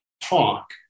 talk